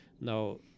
Now